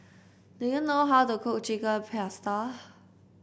do you know how to cook Chicken Pasta